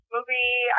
movie